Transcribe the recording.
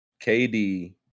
KD